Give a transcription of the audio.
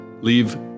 leave